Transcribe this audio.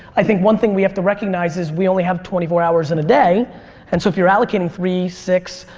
i think one thing we have to recognize is we only have twenty four hours in a day and so if you're allocating three, six,